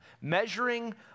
measuring